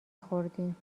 خوردیم